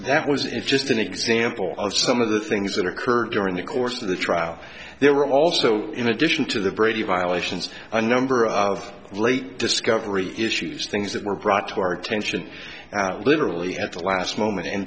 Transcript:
that was in just an example of some of the things that occurred during the course of the trial there were also in addition to the brady violations a number of great discovery issues things that were brought to our attention literally at the last moment